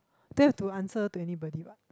they have to answer to anybody what